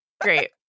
Great